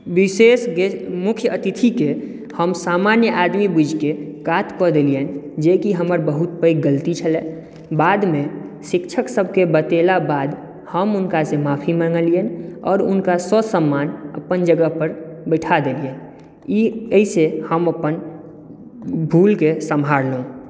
विशेष मुख्य अतिथिकेँ हम सामान्य आदमी बुझिकऽ कात कऽ देलियनि जेकि हमर बहुत पैघ गलती छलाए बादमे शिक्षक सभके बतेला बाद हम हुनका से माफी मंगलियनि आओर हुनका ससम्मान अपन जगह पर बैठा देलियनि ई एहि सऽ हम अपन भुलकेँ सम्हारलहुँ